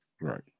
Right